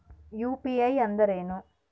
UPI ಅಂದ್ರೇನು?